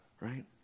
right